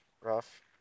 rough